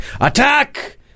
attack